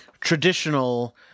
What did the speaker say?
traditional